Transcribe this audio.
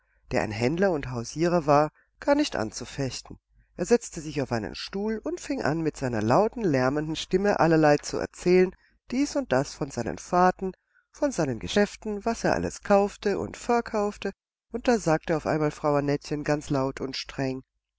der ein händler und hausierer war gar nicht anzufechten er setzte sich auf einen stuhl und fing an mit seiner lauten lärmenden stimme allerlei zu erzählen dies und das von seinen fahrten von seinen geschäften was er alles kaufte und verkaufte und da sagte auf einmal frau annettchen ganz laut und streng